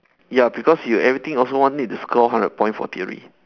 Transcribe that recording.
ya because you everything also want need to score hundred point for theory